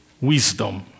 Wisdom